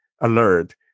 alert